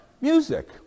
Music